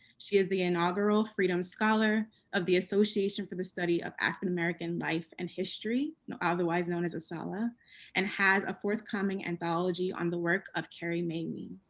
she is the inaugural freedom scholar of the association for the study of african-american life and history otherwise known as asalh. ah and has a forthcoming anthology on the work of carrie may